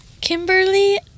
Kimberly